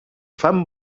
fan